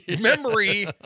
memory